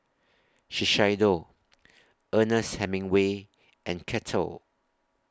Shiseido Ernest Hemingway and Kettle